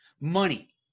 money